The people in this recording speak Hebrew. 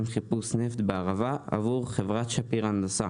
חיפוש נפט בערבה עבור חברת שפיר הנדסה.